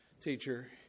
teacher